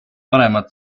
vanemad